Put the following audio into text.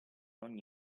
ogni